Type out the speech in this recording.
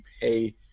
pay